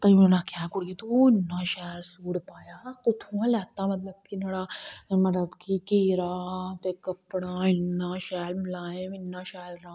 ताईं गै उनें आखेआ हा कुडि़ये तू इन्ना शैल सूट पाया हा कुत्थुआं लैता मतलब कि नुआढ़ा कि घेरा ते कपड़ा इन्ना शैल मुलायम इन्ना शैल